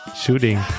shooting